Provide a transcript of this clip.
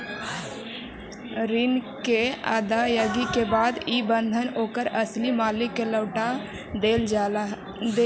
ऋण के अदायगी के बाद इ बंधन ओकर असली मालिक के लौटा देल जा हई